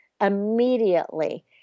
immediately